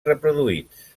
reproduïts